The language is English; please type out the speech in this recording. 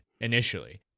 initially